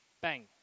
bang